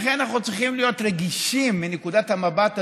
לכן, אנחנו צריכים להיות רגישים מנקודת המבט הזאת,